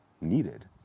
needed